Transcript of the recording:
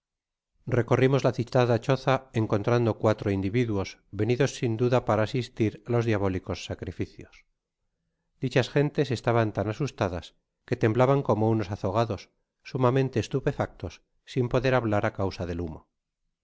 recorrimos la citada ehoaa encontrando cua individuos venidos sin duda para asistir á les diabóli sacrificios dichas gentes estaban tan asustadas que tci biaban como unos azogados sumamente estupefactos sin poder hablar ácausa del huma